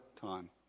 time